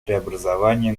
преобразований